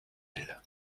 elles